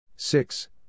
Six